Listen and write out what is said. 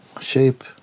shape